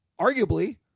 arguably